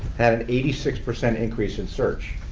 had an eighty six percent increase in search.